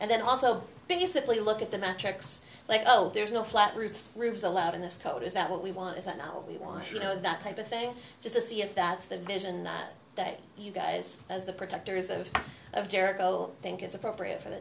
and then also basically look at the metrics like oh there's no flat roof rooms allowed in this code is that what we want is that now we want you know that type of thing just to see if that's the vision that you guys as the protectors of of jericho think is appropriate for the